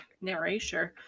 narration